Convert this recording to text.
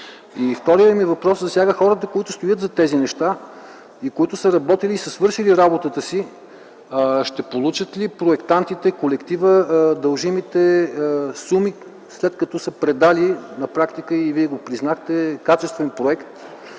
Вторият ми въпрос засяга хората, които стоят зад тези неща и които са работили и свършили работата си – ще получат ли проектантите, колективът дължимите суми, след като са предали на практика и Вие го признахте качествен проект?